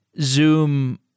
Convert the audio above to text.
Zoom